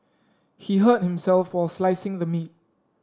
he hurt himself while slicing the meat